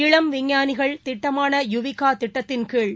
இளம் விஞ்ஞானிகள் திட்டமான யுவிகாதிட்டத்தின்கீழ்